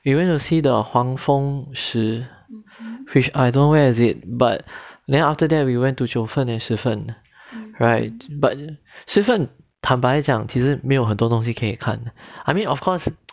we went to see the 黄逢十 which I don't know where is it but then after that we went to 九分 and 十分 right but then 十分坦白讲其实没有很多东西可以看 I mean of course